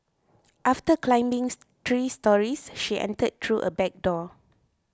after climbing three storeys she entered through a back door